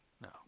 no